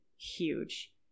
huge